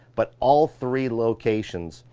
but all three locations,